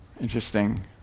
Interesting